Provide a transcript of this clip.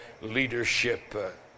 leadership